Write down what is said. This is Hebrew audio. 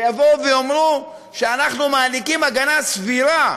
ויאמרו שאנחנו מעניקים הגנה סבירה